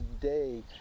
day